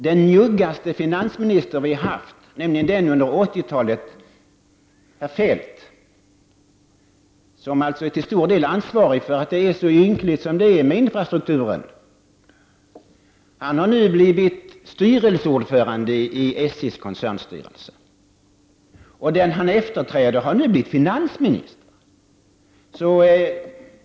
Den njuggaste finansminister vi har haft, nämligen den under 80-talet — herr Feldt — som till stor del är ansvarig för att det är så ynkligt ställt som det är med infrastrukturen, har nu blivit styrelseordförande i SJs koncernstyrelse. Och den han efterträder har nu blivit finansminister!